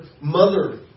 mother